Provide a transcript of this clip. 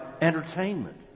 entertainment